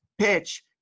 PITCH